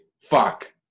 Fuck